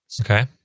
Okay